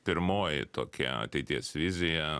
pirmoji tokia ateities vizija